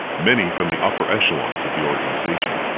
many from the upper echelons of the organization.